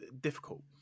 difficult